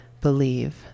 believe